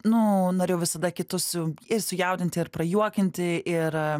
nu norėjau visada kitus ir sujaudinti ir prajuokinti ir